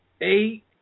Eight